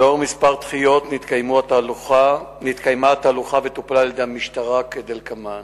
לאחר כמה דחיות נתקיימה התהלוכה וטופלה על-ידי המשטרה כדלקמן: